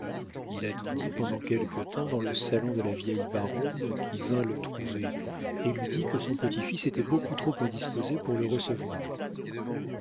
il attendit pendant quelque temps dans le salon de la vieille baronne qui vint le trouver et lui dit que son petit-fils était beaucoup trop indisposé pour le recevoir